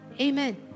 amen